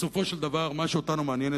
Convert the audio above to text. בסופו של דבר מה שאותנו מעניין,